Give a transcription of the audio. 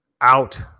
out